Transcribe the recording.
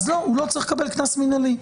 הוא לא צריך לקבל קנס מינהלי,